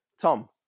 Tom